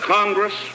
Congress